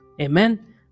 amen